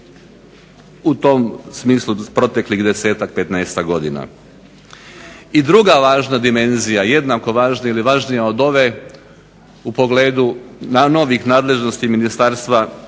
u tom smislu proteklih desetak petnaestak godina. I druga važna dimenzija jednako važna ili važnija od ove u pogledu novih nadležnosti Ministarstva